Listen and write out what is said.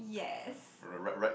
yes